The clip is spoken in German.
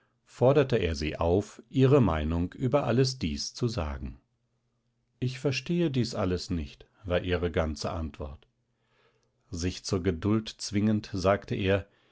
forderte er sie auf ihre meinung über alles dies zu sagen ich verstehe dies alles nicht war ihre ganze antwort sich zur geduld zwingend sagte er